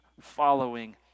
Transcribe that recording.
following